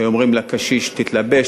היו אומרים לקשיש: תתלבש,